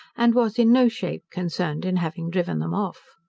and was in no shape concerned in having driven them off.